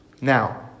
Now